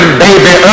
baby